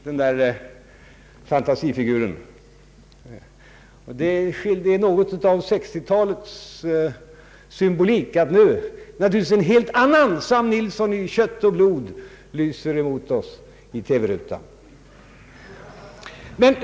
Det skildrar något av 1960-talets symbolik att nu naturligtvis en helt annan Sam Nilsson i kött och blod lyser mot oss i TV-rutan.